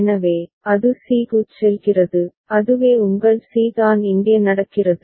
எனவே அது c க்குச் செல்கிறது அதுவே உங்கள் c தான் இங்கே நடக்கிறது